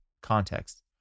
context